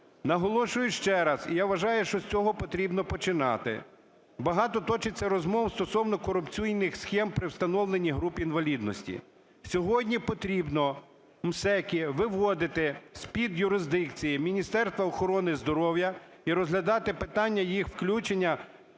Наголошую ще раз, і я вважаю, що з цього потрібно починати. Багато точиться розмов стосовно корупційних схем при встановлені груп інвалідності. Сьогодні потрібно МСЕК виводити з-під юрисдикції Міністерства охорони здоров'я і розглядати питання їх включення під підпорядкування